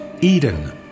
Eden